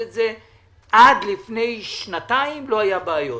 עד לפני שנתיים לא היו בעיות,